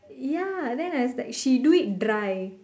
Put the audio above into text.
ya then I was like she do it dry